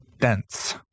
dense